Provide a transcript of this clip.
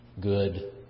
good